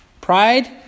Pride